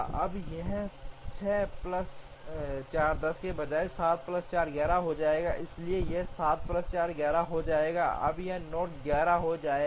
अब यह 6 प्लस 4 10 के बजाय 7 प्लस 4 11 हो जाएगा इसलिए यह 7 प्लस 4 11 हो जाएगा अब यह नोड 11 हो जाएगा